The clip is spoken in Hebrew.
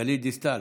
גלית דיסטל.